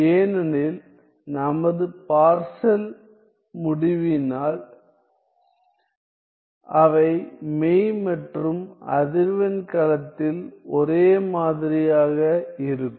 ஏனெனில் நமது பார்செவல் முடிவினால் அவை மெய் மற்றும் அதிர்வெண் களத்தில் ஒரே மாதிரியாக இருக்கும்